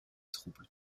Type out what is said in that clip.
troubles